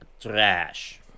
trash